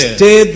stay